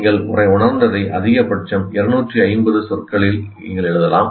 நீங்கள் உணர்ந்ததை அதிகபட்சம் 250 சொற்களில் நீங்கள் எழுதலாம்